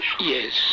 Yes